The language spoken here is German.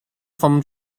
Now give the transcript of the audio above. vom